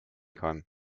kann